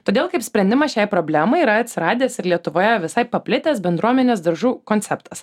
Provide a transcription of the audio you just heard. todėl kaip sprendimą šiai problemai yra atsiradęs ir lietuvoje visai paplitęs bendruomenės daržų konceptas